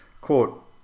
Quote